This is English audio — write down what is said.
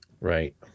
right